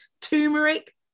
turmeric